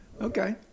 Okay